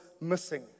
missing